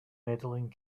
medaling